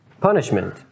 punishment